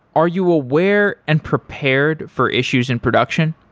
are you aware and prepared for issues in production?